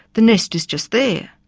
the nest is just there.